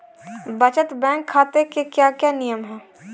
बचत बैंक खाते के क्या क्या नियम हैं?